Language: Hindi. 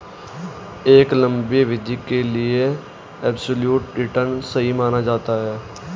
क्या लंबी अवधि के लिए एबसोल्यूट रिटर्न सही माना जाता है?